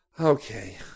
Okay